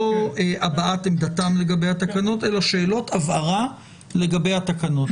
לא הבעת עמדתם לגבי התקנות אלא שאלות הבהרה לגבי התקנות.